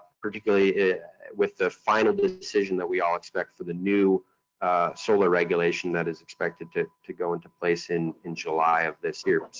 particularly with the final decision that we all expect for the new solar regulation that is expected to to go into place in in july of this year. so,